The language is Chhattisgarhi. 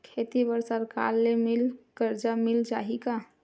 खेती बर सरकार ले मिल कर्जा मिल जाहि का?